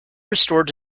restored